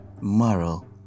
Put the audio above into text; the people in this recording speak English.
Moral